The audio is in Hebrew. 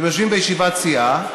אתם יושבים בישיבת סיעה,